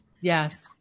Yes